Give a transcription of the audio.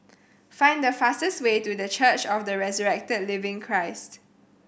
find the fastest way to The Church of the Resurrected Living Christ